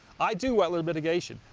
i do wetland mitigation.